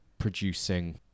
producing